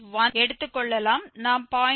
1 எடுத்துக் கொள்ளலாம் நாம் 0